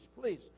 please